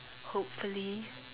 hopefully